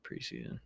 preseason